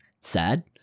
sad